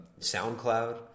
SoundCloud